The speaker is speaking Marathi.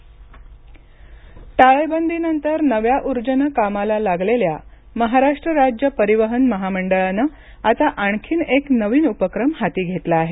टी महाराष्ट टाळेबदीनंतर नव्या ऊर्जेनं कामाला लागलेल्या महाराष्ट्र राज्य परिवहन महामंडळानं आता आणखीन एक नवीन उपक्रम हाती घेतला आहे